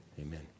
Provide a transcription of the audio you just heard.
amen